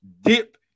dip